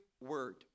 word